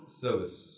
service